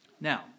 Now